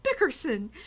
Bickerson